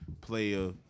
player